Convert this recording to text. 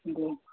गाँव